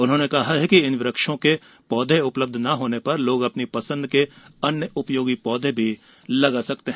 उन्होंने कहा है कि इन वक्षों के पौधे उपलब्ध न होने पर लोग अपनी पसंद के अन्य उपयोगी पौधे भी लगा सकते हैं